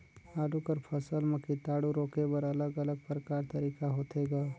आलू कर फसल म कीटाणु रोके बर अलग अलग प्रकार तरीका होथे ग?